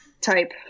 type